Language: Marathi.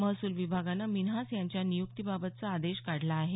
महसूल विभागानं मिन्हास यांच्या निय्क्तीबाबतचा आदेश काढला आहे